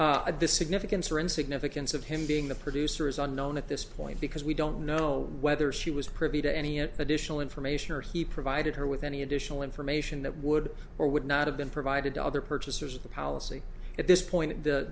of the significance or in significance of him being the producer is unknown at this point because we don't know whether she was privy to any at additional information or he provided her with any additional information that would or would not have been provided to other purchasers of the policy at this point